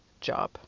job